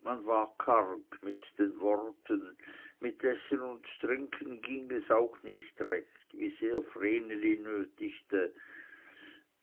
man war karg mit den worten mit essen und trinken ging es auch nicht recht wie sehr vreneli nötigte